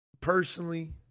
personally